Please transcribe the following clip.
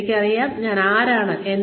എനിക്കറിയാം ഞാൻ ആരാണെന്ന്